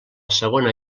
segona